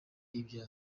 ibyo